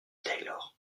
taylor